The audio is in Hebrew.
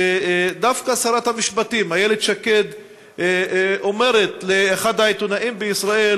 שדווקא שרת המשפטים איילת שקד אומרת לאחד העיתונאים בישראל